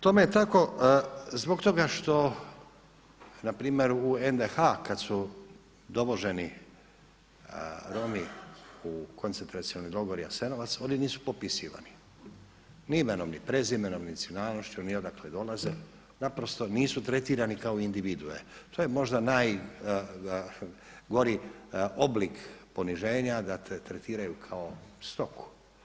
Tome je tako zbog toga što npr. u NDH kada su dovoženi Romi u Koncentracioni logor Jasenovac oni su popisivani ni imenom ni prezimenom, ni nacionalnošću, ni odakle dolaze, naprosto nisu tretirani kao individue, to je možda najgori oblik poniženja da te tretiraju kao stoku.